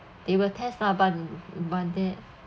they will test lah but but then